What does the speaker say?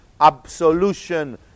absolution